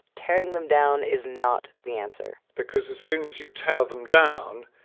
tearing them down is not the answer because as soon as you tell them down,